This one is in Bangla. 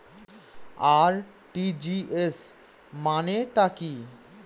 আর.টি.জি.এস মানে টা কি?